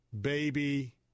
baby